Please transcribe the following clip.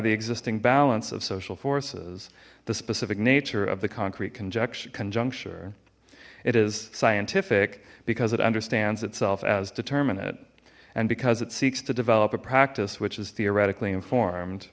the existing balance of social forces the specific nature of the concrete conjecture conjuncture it is cyan tif ik because it understands itself as determinate and because it seeks to develop a practice which is theoretically informed